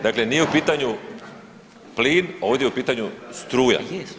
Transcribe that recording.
Dakle, nije u pitanju plin, ovdje je u pitanju struja.